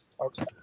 Okay